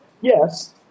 Yes